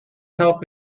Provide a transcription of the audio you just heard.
help